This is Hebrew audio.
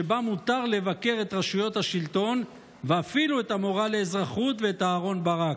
שבה מותר לבקר את רשויות השלטון ואפילו את המורה לאזרחות ואת אהרן ברק.